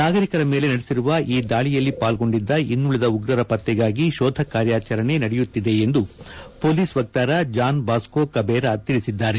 ನಾಗರಿಕರ ಮೇಲೆ ನಡೆಸಿರುವ ಈ ದಾಳಿಯಲ್ಲಿ ಪಾಲ್ಲೊಂಡಿದ್ದ ಇನ್ನುಳಿದ ಉಗ್ರರ ಪತ್ತೆಗಾಗಿ ಶೋಧ ಕಾರ್ಯಾಚರಣೆ ನಡೆಯುತ್ತಿದೆ ಎಂದು ಪೊಲೀಸ್ ವಕ್ತಾರ ಜಾನ್ ಬಾಸ್ಗೊ ಕಬೇರ ತಿಳಿಸಿದ್ದಾರೆ